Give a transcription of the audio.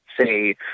say